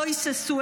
לא היססו,